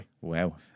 Wow